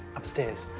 upstairs.